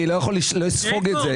אני לא יכול לספוג את זה.